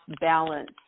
balance